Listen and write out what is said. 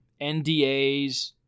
NDAs